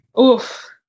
Oof